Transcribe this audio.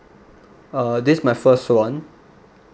uh this my first one